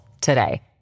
today